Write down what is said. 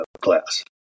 class